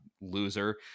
loser